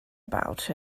about